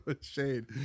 shade